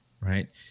right